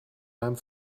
meinem